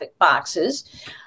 boxes